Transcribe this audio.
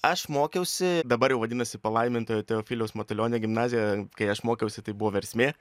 aš mokiausi dabar jau vadinasi palaimintojo teofiliaus matulionio gimnazija kai aš mokiausi tai buvo versmė